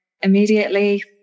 immediately